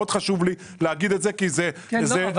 מאוד חשוב לי להגיד את זה כי הדבר הזה פתיר.